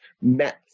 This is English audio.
met